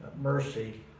mercy